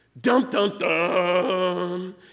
Dum-dum-dum